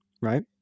Right